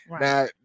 Now